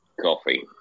Coffee